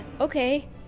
okay